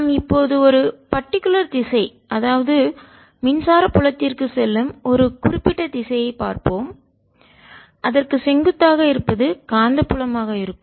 நாம் இப்போது ஒரு பர்டிகுலர் திசை அதாவது மின்சார புலத்திற்குச் செல்லும் ஒரு குறிப்பிட்ட திசையை பார்ப்போம் அதற்கு செங்குத்தாக இருப்பது காந்தப்புலமாக இருக்கும்